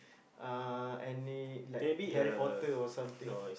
uh any like Harry-Potter or something